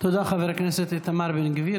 תודה, חבר הכנסת איתמר בן גביר.